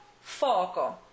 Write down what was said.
foco